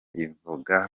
ivuga